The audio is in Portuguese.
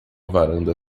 varanda